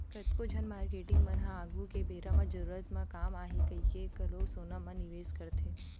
कतको झन मारकेटिंग मन ह आघु के बेरा म जरूरत म काम आही कहिके घलो सोना म निवेस करथे